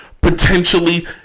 potentially